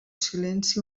silenci